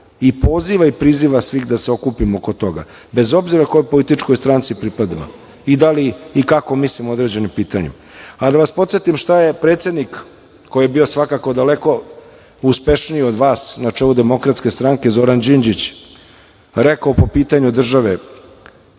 i poziva i priziva svih da se okupimo oko toga, bez obzira kojoj političkoj stranci pripadamo i da li i kako mislimo o određenim pitanjima. Da vas podsetim šta je predsednik koji je bio svakako daleko uspešniji od vas na čelu DS, Zoran Đinđić, rekao po pitanju države,